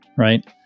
Right